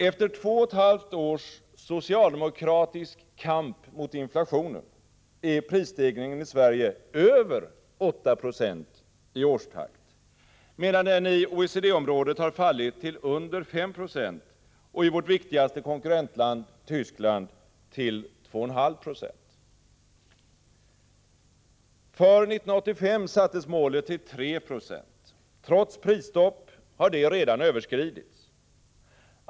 Efter två och ett halvt års socialdemokratisk kamp mot inflationen är prisstegringen i Sverige över 8 Io i årstakt, medan den i OECD-området har fallit till under 5 96 och i vårt viktigaste konkurrentland Tyskland till 2,5 Ro. För 1985 sattes målet till 3 20. Trots prisstopp har det redan överskridits.